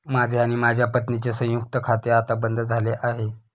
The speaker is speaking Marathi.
माझे आणि माझ्या पत्नीचे संयुक्त खाते आता बंद झाले आहे